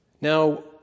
Now